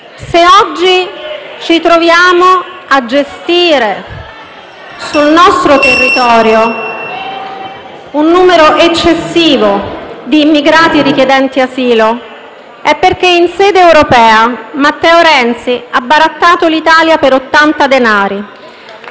Se oggi ci troviamo a gestire sul nostro territorio un numero eccessivo di immigrati richiedenti asilo, è perché in sede europea Matteo Renzi ha barattato l'Italia per 80 denari,